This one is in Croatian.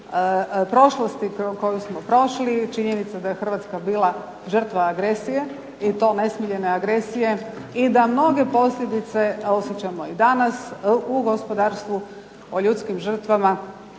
prošlosti kroz koju smo prošli. Činjenica je da je HRvatska bila žrtva agresije i to nesmiljene agresije i da mnoge posljedice osjećamo i danas u gospodarstvo, u ljudskim žrtvama,